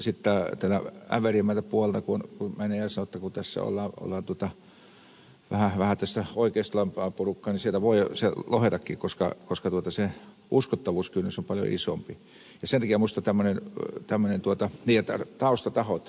mutta sitten täältä äveriäämmältä puolelta kun menee ja sanoo jotta kun tässä ollaan vähän tällaista oikeistolaisempaa porukkaa sieltä voi jotakin lohjetakin koska se uskottavuuskynnys on paljon isompi niin ja taustatahot